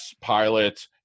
pilot